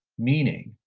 meaning,